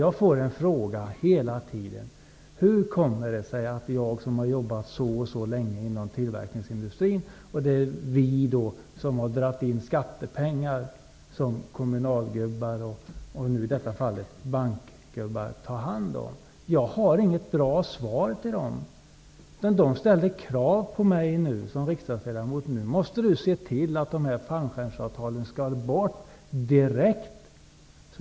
Men hela tiden upprepas följande fråga: Hur kommer det sig att jag som har jobbat så och så länge inom tillverkningsindustrin och att vi som har bidragit till att skattepengar kommit in skall behöva vara med om att kommunalgubbar och, i detta fall, bankgubbar får ta hand om dessa pengar? Jag har inget bra svar att ge. De människor som frågat ställer krav på mig som riksdagsledamot. De säger: Nu måste du se till att fallskärmsavtalen direkt kommer bort.